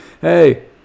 Hey